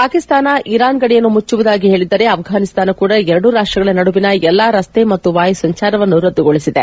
Pakistan Iran ಗಡಿಯನ್ನು ಮುಚ್ಚವುದಾಗಿ ಪೇಳಿದ್ದರೆ ಅಫ್ಪನಿಸ್ತಾನ ಕೂಡ ಎರಡೂ ರಾಷ್ಟಗಳ ನಡುವಿನ ಎಲ್ಲಾ ರಸ್ತೆ ಪಾಗೂ ವಾಯು ಸಂಚಾರವನ್ನು ರದ್ದುಗೊಳಿಸಿದೆ